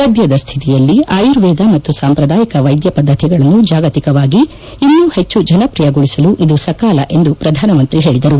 ಸದ್ಯದ ಸ್ಥಿತಿಯಲ್ಲಿ ಆಯುರ್ವೇದ ಮತ್ತು ಸಾಂಪ್ರದಾಯಿಕ ವೈದ್ಯ ಪದ್ದತಿಗಳನ್ನು ಜಾಗತಿಕವಾಗಿ ಇನ್ನೂ ಹೆಚ್ಚು ಜನಪ್ರಿಯಗೊಳಿಸಲು ಇದು ಸಕಾಲ ಎಂದು ಪ್ರಧಾನ ಮಂತ್ರಿ ಹೇಳಿದರು